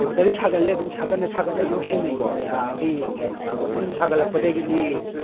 ꯃꯣꯇꯣꯔꯁꯦ ꯁꯥꯒꯠꯂꯦ ꯑꯗꯨꯝ ꯁꯥꯒꯠꯅ ꯁꯥꯒꯠꯅ ꯑꯩꯁꯦ ꯑꯗꯨꯝ ꯁꯤꯖꯤꯟꯅꯩꯀꯣ ꯌꯥꯕ꯭ꯔꯥ ꯌꯦꯡꯒꯦꯅ ꯃꯣꯇꯣꯔꯁꯦ ꯁꯨꯝ ꯁꯥꯒꯠꯂꯛꯄꯗꯒꯤꯗꯤ